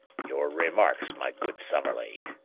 your remarks, my good summerlee,